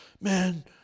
man